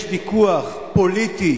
יש ויכוח פוליטי